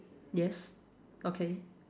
yes okay